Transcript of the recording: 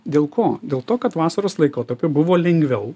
dėl ko dėl to kad vasaros laikotarpiu buvo lengviau